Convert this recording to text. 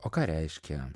o ką reiškia